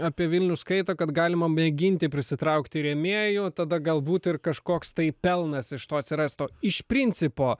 apie vilnius skaito kad galima mėginti prisitraukti rėmėjų tada galbūt ir kažkoks tai pelnas iš to atsirastų iš principo